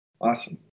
Awesome